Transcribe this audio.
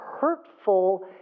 hurtful